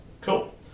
Cool